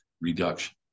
reduction